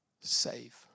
save